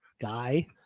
guy